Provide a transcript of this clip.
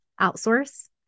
outsource